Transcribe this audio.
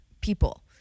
people